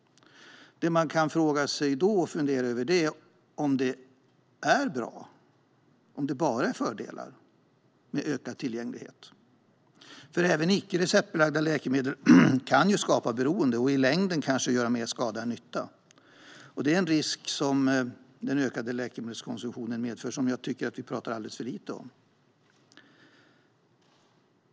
Men det man kan fundera över är om det bara är fördelar med en ökad tillgänglighet, eftersom även användningen av icke receptbelagda läkemedel kan leda till beroende. De kan i längden kanske göra mer skada än nytta. Det är en risk som den ökade läkemedelskonsumtionen medför och som jag tycker att vi pratar alldeles för lite om.